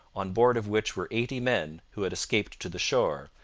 on board of which were eighty men who had escaped to the shore,